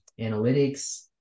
analytics